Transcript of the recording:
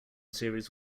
series